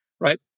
right